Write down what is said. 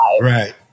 Right